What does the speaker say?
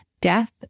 death